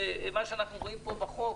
מה שאנחנו רואים פה בחוק,